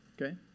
Okay